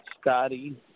Scotty